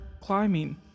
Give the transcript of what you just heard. climbing